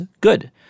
good